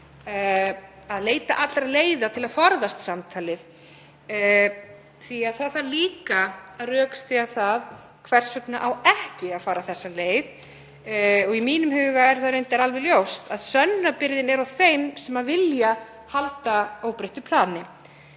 að leita allra leiða til að forðast samtalið, því að það þarf líka að rökstyðja það hvers vegna á ekki að fara þessa leið. Í mínum huga er það reyndar alveg ljóst að sönnunarbyrðin er á þeim sem vilja halda óbreyttu plani.